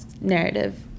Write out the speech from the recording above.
narrative